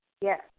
Yes